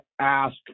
ask